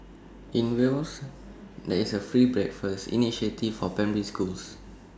in Wales there is A free breakfast initiative for primary schools